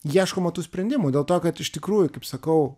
ieškoma tų sprendimų dėl to kad iš tikrųjų kaip sakau